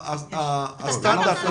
איפה מופיע הסטנדרט הזה